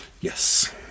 Yes